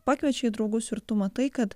pakviečia į draugus ir tu matai kad